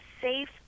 safe